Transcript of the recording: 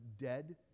dead